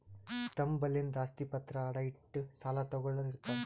ತಮ್ ಬಲ್ಲಿಂದ್ ಆಸ್ತಿ ಪತ್ರ ಅಡ ಇಟ್ಟು ಸಾಲ ತಗೋಳ್ಳೋರ್ ಇರ್ತಾರ